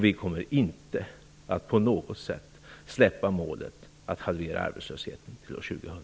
Vi kommer inte att på något sätt släppa målet att halvera arbetslösheten till år 2000.